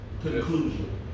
conclusion